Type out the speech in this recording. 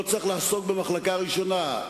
לא צריך לעסוק במחלקה ראשונה.